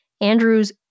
Andrews